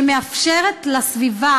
שמאפשרת לסביבה,